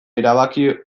erabaki